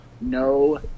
No